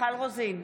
מיכל רוזין,